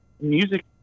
music